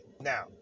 Now